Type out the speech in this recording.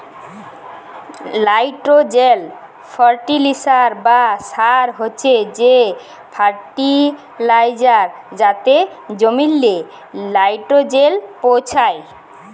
nitrogen fertiliser বা সার হছে সে ফার্টিলাইজার যাতে জমিল্লে লাইট্রোজেল পৌঁছায়